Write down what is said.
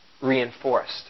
reinforced